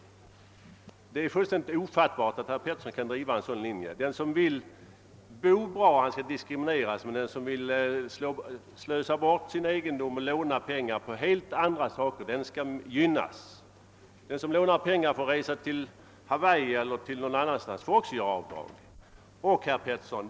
Det är fullständigt ofattbart att herr Pettersson kan driva en sådan linje — att den som vill bo bra skall diskrimineras medan den som vill slösa bort sin egendom och låna pengar för helt andra saker skall gynnas. Den som lånar pengar för att resa till Hawaii eller någon annanstans får också göra avdrag för räntan.